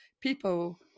people